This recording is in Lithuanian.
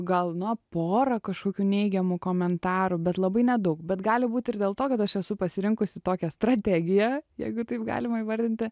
gal na porą kažkokių neigiamų komentarų bet labai nedaug bet gali būt ir dėl to kad aš esu pasirinkusi tokią strategiją jeigu taip galima įvardinti